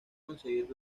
conseguir